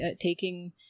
taking